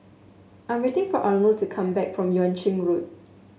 I'm waiting for Arnold to come back from Yuan Ching Road